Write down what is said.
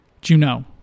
Juno